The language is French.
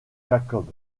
jacob